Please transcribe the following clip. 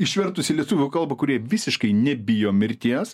išvertus į lietuvių kalbą kurie visiškai nebijo mirties